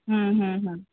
हम्म हम्म हम्म